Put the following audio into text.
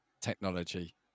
technology